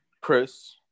Chris